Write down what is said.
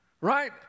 right